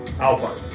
Alpine